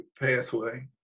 pathway